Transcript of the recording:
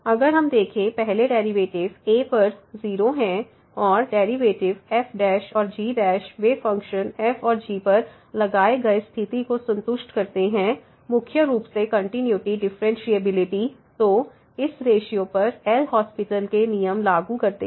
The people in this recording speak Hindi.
अगर हम देखें पहले a पर 0 हैं और डेरिवेटिव f और g वे फ़ंक्शन f और g पर लगाए गए स्थिति को संतुष्ट करते हैं मुख्य रूप से कंटिन्यूटी डिफरेंशिएबिलिटी तो इस रेश्यो पर एल हास्पिटल LHospital के नियम लागू करते हैं